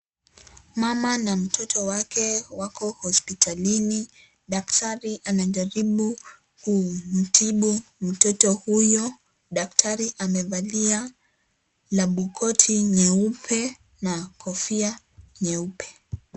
Mama na mtoto wake wako hospitalini. Daktari anajaribu kumtibu mtoto huyo. Daktari amevalia labukoti nyeupe na kofia nyeupe.